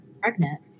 pregnant